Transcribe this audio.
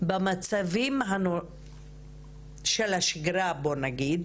אומר שבמצבים הנורמליים של השגרה בוא נגיד,